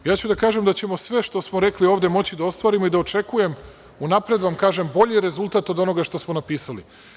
Ja ću da kažem da ćemo sve što smo rekli ovde moći da ostvarimo i da očekujem, unapred vam kažem, bolji rezultat od onoga što smo napisali.